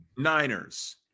Niners